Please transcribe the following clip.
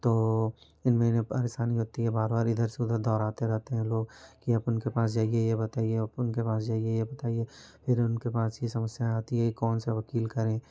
तो इनमें ना परेशानी होती है बार बार इधर से उधर दौड़ाते रहते हैं लोग कि आप उनके पास जाइए ये बताइए आप उनके पास जाइए ये बताइए फिर उनके पास ये समस्याएँ आती हैं कौन सा वकील करें